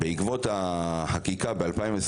בעקבות החקיקה ב-2021,